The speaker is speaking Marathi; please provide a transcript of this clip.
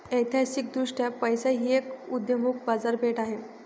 ऐतिहासिकदृष्ट्या पैसा ही एक उदयोन्मुख बाजारपेठ आहे